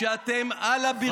ואתם על הברכיים,